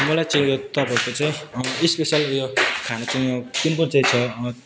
मलाई चाहिँ उयो तपाईँहरूको चाहिँ स्पेसल उयो खाना चाहिँ कुनको चाहिँ छ